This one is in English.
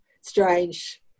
strange